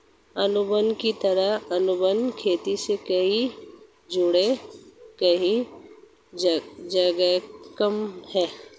अनुबंध की तरह, अनुबंध खेती से जुड़े कई जोखिम है